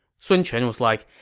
sun quan was like,